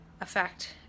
effect